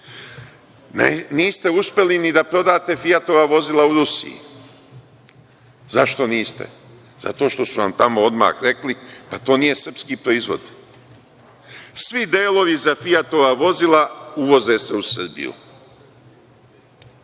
Niste uspeli ni da prodate „Fijatova“ vozila u Rusiji. Zašto niste? Zato što su vam odmah tamo rekli da to nije srpski proizvod. Svi delovi za „Fijatova“ vozila uvoze se u Srbiju,